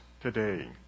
today